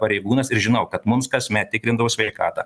pareigūnas ir žinau kad mums kasmet tikrindavo sveikatą